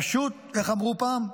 פשוט, איך אמרו פעם?